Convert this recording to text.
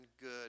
good